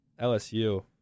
LSU